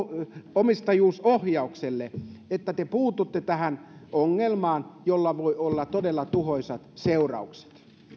omistajuusohjaukselle että te puututte tähän ongelmaan jolla voi olla todella tuhoisat seuraukset